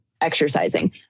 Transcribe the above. exercising